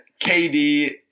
KD